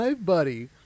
buddy